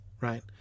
right